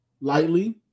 lightly